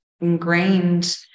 ingrained